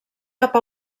cap